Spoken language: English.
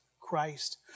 Christ